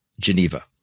Geneva